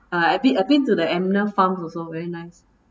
I bee~ I been to the animal farms also very nice